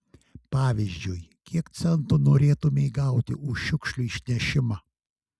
pavyzdžiui kiek centų norėtumei gauti už šiukšlių išnešimą